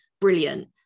brilliant